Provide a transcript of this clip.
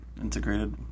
integrated